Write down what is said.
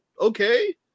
Okay